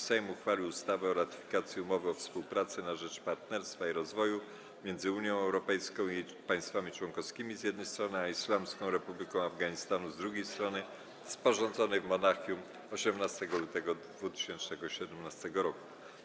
Sejm uchwalił ustawę o ratyfikacji Umowy o współpracy na rzecz partnerstwa i rozwoju między Unią Europejską i jej państwami członkowskimi, z jednej strony, a Islamską Republiką Afganistanu, z drugiej strony, sporządzonej w Monachium dnia 18 lutego 2017 r.